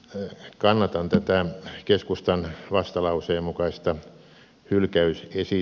kannatan tätä keskustan vastalauseen mukaista hylkäysesitystä